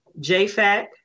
JFAC